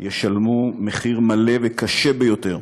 ישלמו מחיר מלא וקשה ביותר,